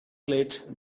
late